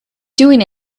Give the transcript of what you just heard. doing